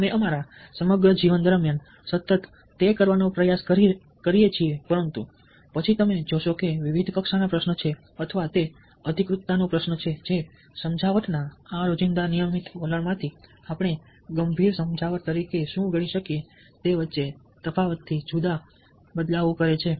અમે અમારા સમગ્ર જીવન દરમિયાન સતત તે કરવાનો પ્રયાસ કરીએ છીએ પરંતુ પછી તમે જોશો કે તે વિવિધ કક્ષા ના પ્રશ્ન છે અથવા તે અધિકૃતતાનો પ્રશ્ન છે જે સમજાવટના આ રોજિંદા નિયમિત વલણમાંથી આપણે ગંભીર સમજાવટ તરીકે શું ગણી શકીએ તે વચ્ચે તફાવત થી જુદા બદલાવો કરે છે